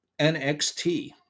NXT